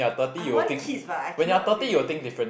I want kids but I cannot imagine